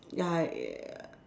ya